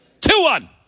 Two-one